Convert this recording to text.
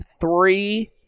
three